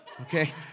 okay